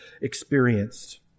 experienced